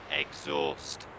exhaust